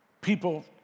People